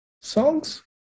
songs